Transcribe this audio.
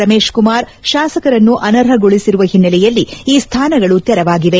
ರಮೇಶ್ ಕುಮಾರ್ ಶಾಸಕರನ್ನು ಅನರ್ಹಗೊಳಿಸಿರುವ ಹಿನ್ನೆಲೆಯಲ್ಲಿ ಈ ಸ್ಲಾನಗಳು ತೆರವಾಗಿವೆ